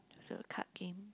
the card game